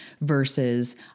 versus